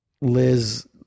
Liz